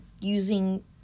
using